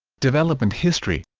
development history